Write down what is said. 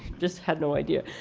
just had no idea.